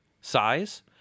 size